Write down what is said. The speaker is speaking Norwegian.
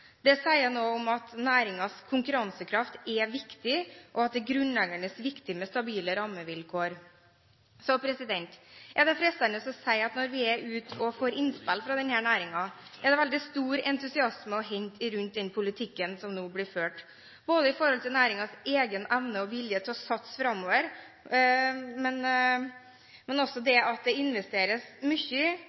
Det sier noe om at næringens konkurransekraft er viktig, og at det er grunnleggende viktig med stabile rammevilkår. Så er det fristende å si at når vi er ute og får innspill fra denne næringen, er det veldig stor entusiasme å hente rundt den politikken som nå blir ført, både i forhold til næringens egen evne og vilje til å satse framover og til at det investeres mye